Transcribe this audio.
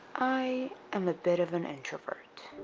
i am a bit of an introvert